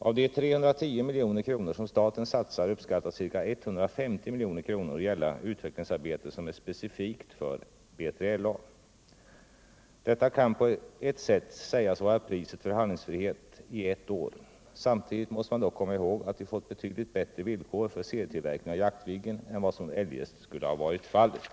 Av de 310 milj.kr. som staten satsar uppskattas ca 150 milj.kr. gälla utvecklingsarbete som är specifikt för B3LA. Detta kan på ett sätt sägas vara priset för handlingsfrihet i ett år. Samtidigt måste man dock komma ihåg att vi fått betydligt bättre villkor för serietillverkningen av Jaktviggen än vad som eljest skulle ha varit fallet.